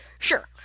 Sure